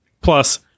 Plus